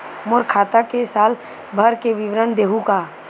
मोर खाता के साल भर के विवरण देहू का?